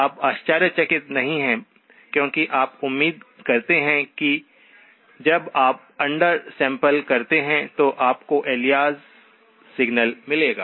आप आश्चर्यचकित नहीं हैं क्योंकि आप उम्मीद करते हैं कि जब आप अंडर सैंपल करते हैं तो आपको एलियास सिग्नल मिलेगा